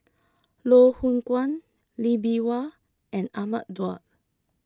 Loh Hoong Kwan Lee Bee Wah and Ahmad Daud